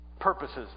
Purposes